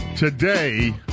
Today